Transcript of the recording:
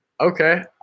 Okay